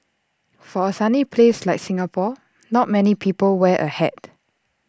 for A sunny place like Singapore not many people wear A hat